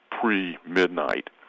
pre-midnight